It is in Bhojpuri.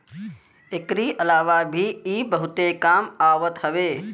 एकरी अलावा भी इ बहुते काम आवत हवे